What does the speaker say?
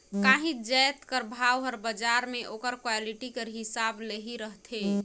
काहींच जाएत कर भाव हर बजार में ओकर क्वालिटी कर हिसाब ले ही रहथे